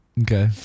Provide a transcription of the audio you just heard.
Okay